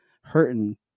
hurting